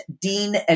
dean